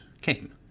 came